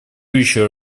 еще